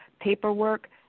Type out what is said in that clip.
paperwork